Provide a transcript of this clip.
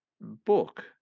book